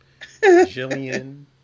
Jillian